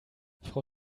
frau